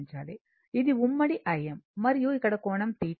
ఇది ఉమ్మడి Im మరియు ఇక్కడ కోణం θ